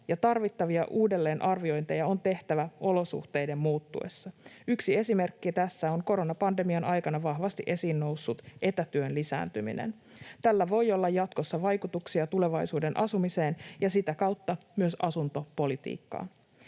ja tarvittavia uudelleenarviointeja on tehtävä olosuhteiden muuttuessa. Yksi esimerkki tässä on koronapandemian aikana vahvasti esiin noussut etätyön lisääntyminen. Tällä voi olla jatkossa vaikutuksia tulevaisuuden asumiseen ja sitä kautta myös asuntopolitiikkaan.